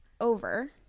over